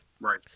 Right